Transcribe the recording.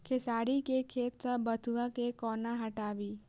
खेसारी केँ खेत सऽ बथुआ केँ कोना हटाबी